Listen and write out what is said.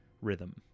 rhythm